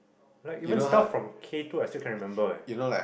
like even stuff from K Two I still can't remember ah